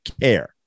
care